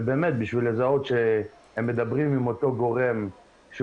ובאמת בשביל לזהות שהם מדברים עם אותו גורם שהוא